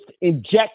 inject